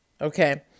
okay